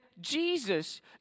Jesus